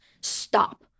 stop